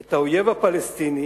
את האויב הפלסטיני